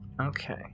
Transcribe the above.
Okay